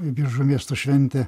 į biržų miesto šventę